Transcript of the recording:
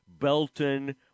Belton